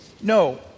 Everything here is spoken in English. No